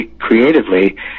Creatively